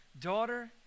daughter